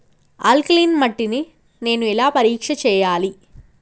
Alkaline మట్టి ని నేను ఎలా పరీక్ష చేయాలి?